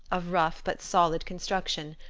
of rough but solid construction,